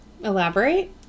Elaborate